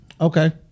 Okay